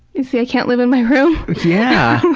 see i can't live in my room? yeah.